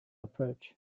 approach